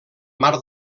mar